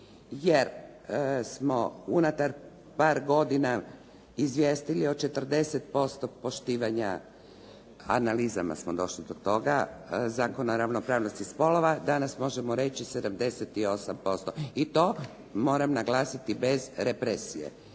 jer smo unutar par godina izvijestili o 40% poštivanja, analizama smo došli do toga, Zakona o ravnopravnosti spolova, danas možemo reći 78% i to moram naglasiti bez represije.